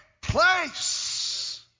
place